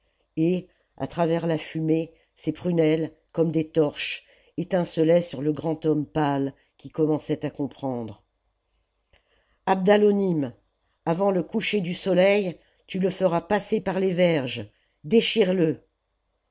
et à travers la fumée ses prunelles comme des torches étincelaient sur le grand homme pâle qui commençait à comprendre abdalonim avant le coucher du soleil tu le feras passer par les verges déchire le